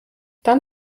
dann